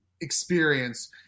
experience